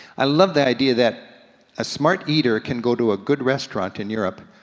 i love the idea that a smart eater can go to a good restaurant in europe,